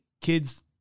kids